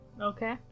Okay